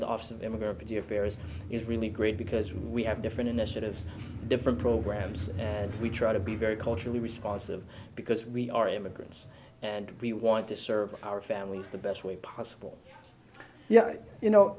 affairs is really great because we have different initiatives different programs and we try to be very culturally responsive because we are immigrants and we want to serve our families the best way possible yeah you know